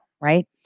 right